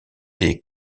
des